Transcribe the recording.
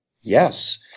Yes